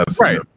Right